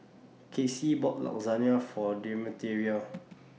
Casie bought Lasagna For Demetria